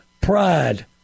Pride